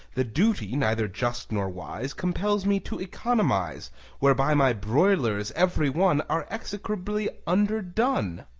the duty, neither just nor wise, compels me to economize whereby my broilers, every one, are execrably underdone.